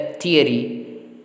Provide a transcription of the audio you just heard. theory